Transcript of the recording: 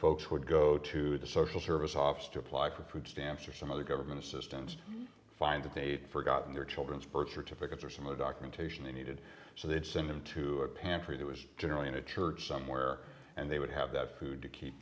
folks would go to the social service office to apply for food stamps or some other government assistance to find a date forgotten their children's birth certificates or some other documentation they needed so they'd send them to a pantry that was general manager church somewhere and they would have that food to keep